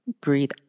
Breathe